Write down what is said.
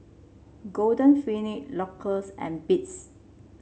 Golden Peony Loacker and Beats